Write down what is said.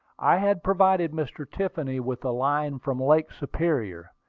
i had provided mr. tiffany with a line from lake superior,